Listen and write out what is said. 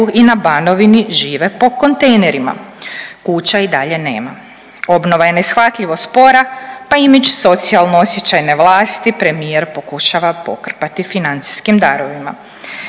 i na Banovini žive po kontejnerima, kuća i dalje nema. Obnova je neshvatljivo spora pa i među socijalno osjećajne vlasti premijer pokušava pokrpati financijskim darovima.